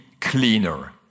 cleaner